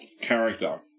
character